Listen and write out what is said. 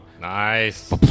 Nice